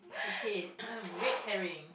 okay red herring